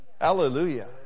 Hallelujah